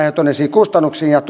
kustannuksia